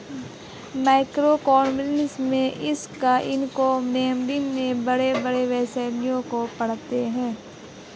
macroeconomics में हम economics के बड़े बड़े विषयों को पढ़ते हैं